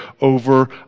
over